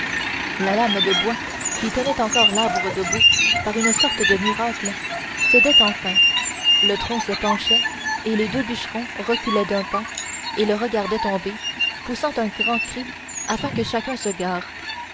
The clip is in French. la lame de bois qui tenait encore l'arbre debout par une sorte de miracle cédait enfin le tronc se penchait et les deux bûcherons reculaient d'un pas et le regardaient tomber poussant un grand cri afin que chacun se gare